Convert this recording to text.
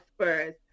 Spurs